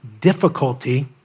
difficulty